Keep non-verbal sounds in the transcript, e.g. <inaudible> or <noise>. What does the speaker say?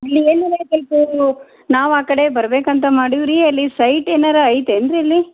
<unintelligible> ನಾವು ಆ ಕಡೆ ಬರ್ಬೇಕಂತ ಮಾಡಿವಿ ರೀ ಅಲ್ಲಿ ಸೈಟ್ ಏನಾರ ಐತೇನು ರೀ ಇಲ್ಲಿ